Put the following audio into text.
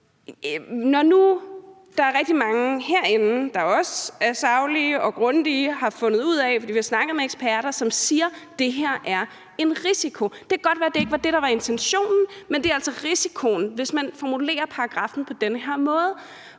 Når nu rigtig mange herinde, der også er saglige og grundige, har fundet ud af, fordi vi har snakket med eksperter, at det her er en risiko – det kan godt være, at det ikke var det, der var intentionen, men det er altså risikoen, hvis man formulerer paragraffen på den her måde